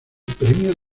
premio